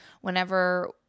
whenever